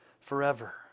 forever